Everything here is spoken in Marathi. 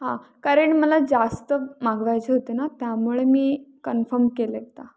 हां कारण मला जास्त मागवायचे होते ना त्यामुळे मी कन्फम केलं एकदा